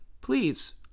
Please